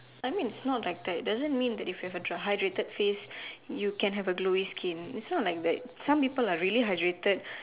I mean is not like that doesn't mean that if you have a hydrated face you can have a glowy skin it's not like that some people are really hydrated